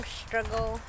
struggle